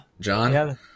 John